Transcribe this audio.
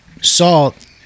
salt